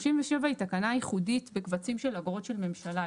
37 היא תקנה ייחודית בקבצים של אגרות של ממשלה.